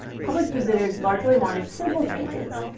public visitors largely wanted simple changes,